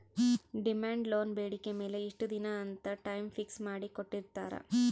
demand loan ಬೇಡಿಕೆ ಮೇಲೆ ಇಷ್ಟ ದಿನ ಅಂತ ಟೈಮ್ ಫಿಕ್ಸ್ ಮಾಡಿ ಕೋಟ್ಟಿರ್ತಾರಾ